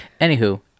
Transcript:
Anywho